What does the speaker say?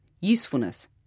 usefulness